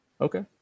Okay